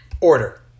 order